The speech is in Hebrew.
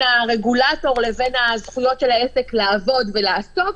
הרגולטור לבין הזכויות של העסק לעבוד ולעסוק.